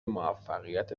موفقیت